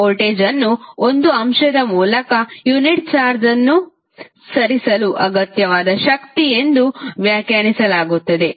voltage ಅನ್ನು ಒಂದು ಅಂಶದ ಮೂಲಕ ಯುನಿಟ್ ಚಾರ್ಜ್ ಅನ್ನು ಸರಿಸಲು ಅಗತ್ಯವಾದ ಶಕ್ತಿ ಎಂದು ವ್ಯಾಖ್ಯಾನಿಸಲಾಗುತ್ತದೆ